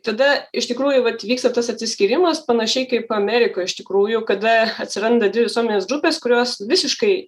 tada iš tikrųjų vat vyksta tas atsiskyrimas panašiai kaip amerikoje iš tikrųjų kada atsiranda dvi visuomenės grupės kurios visiškai